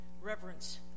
reverence